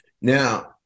Now